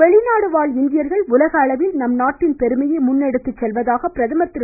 வெளிநாடு வாழ் இந்தியர்கள் உலக அளவில் நம் நாட்டின் பெருமையை முன்னெடுத்துச் செலவதாக பிரதமர் திரு